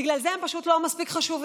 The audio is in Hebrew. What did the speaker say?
בגלל זה הם פשוט לא מספיק חשובים?